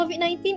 COVID-19